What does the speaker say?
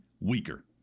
weaker